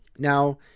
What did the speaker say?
Now